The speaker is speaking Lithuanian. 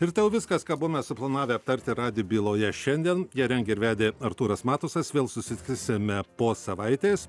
ir tai jau viskas ką buvome suplanavę aptarti radio byloje šiandien ją rengė ir vedė artūras matusas vėl susitiksime po savaitės